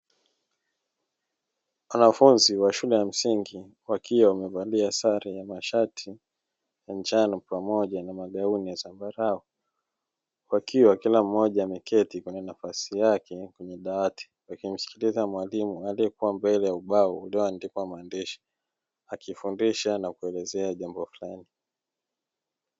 Wanafunzi wa shule ya msingi wakiwa wamevalia sare ya mashati ya njano pamoja na magauni ya zambarau wakiwa kila mmoja ameketi kwenye nafasi yake kwenye dawati wakimsikiliza mwalimu aliekua mbele ya ubao ulioandikwa maandishi akifundisha na kuelezea jambo fulani.